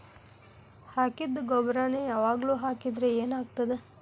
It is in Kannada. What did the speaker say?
ಹಾಕಿದ್ದ ಗೊಬ್ಬರಾನೆ ಯಾವಾಗ್ಲೂ ಹಾಕಿದ್ರ ಏನ್ ಆಗ್ತದ?